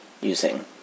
using